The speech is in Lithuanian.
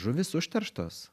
žuvys užterštos